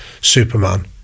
Superman